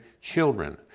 children